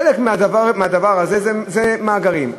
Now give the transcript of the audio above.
חלק מהדבר הזה זה מאגרים.